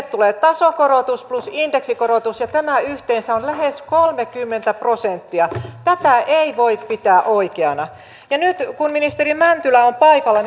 tulee tasokorotus plus indeksikorotus ja tämä yhteensä on lähes kolmekymmentä prosenttia tätä ei voi pitää oikeana ja nyt kun ministeri mäntylä on paikalla